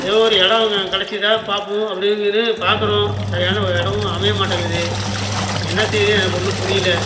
எதோ ஒரு எடம் அங்கே கிடச்சிதா பார்ப்போம் அப்படிங்குன்னு பார்க்குறோம் சரியான ஒரு இடமும் அமைய மாட்டேங்கிது என்ன செய்கிறதுன்னு எனக்கு ஒன்றும் புரியல